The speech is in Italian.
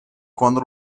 quando